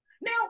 Now